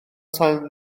tan